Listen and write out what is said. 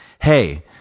Hey